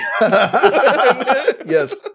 Yes